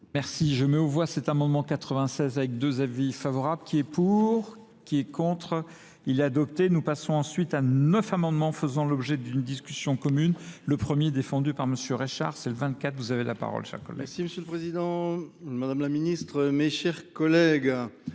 Merci. Je mets au voie cet amendement 96 avec deux avis favorables. Qui est pour ? Qui est contre ? Il est adopté. Nous passons ensuite à neuf amendements faisant l'objet d'une discussion commune. Le premier défendu par monsieur Richard. C'est le 24. Vous avez la parole, cher collègue.